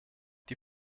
die